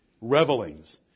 Revelings